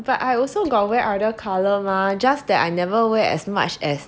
but I also got wear other color mah just that I never wear as much as